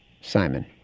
simon